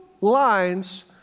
lines